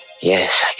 Yes